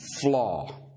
flaw